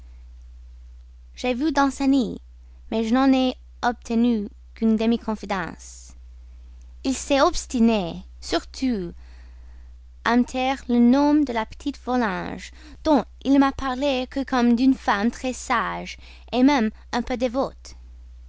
j'ai vu danceny mais je n'en ai obtenu qu'une demi-confidence il s'est obstiné surtout à me taire le nom de la petite volanges dont il ne m'a parlé que comme d'une femme très sage même un peu dévote